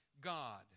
God